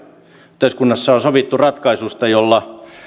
yhteiskunnassa on sovittu ratkaisusta jolla